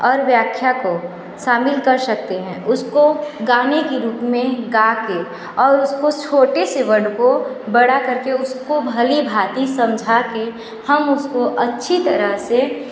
और व्याख्या को शामिल कर सकते हैं उसको गाने की रूप में गाके और उसको छोटे से वर्ण को बड़ा करके उसको भली भांती समझा के हम उसको अच्छी तरह से